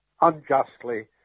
unjustly